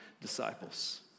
disciples